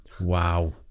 Wow